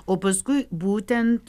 o paskui būtent